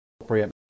appropriate